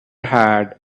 had